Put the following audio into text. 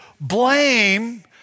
blame